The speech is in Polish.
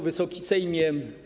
Wysoki Sejmie!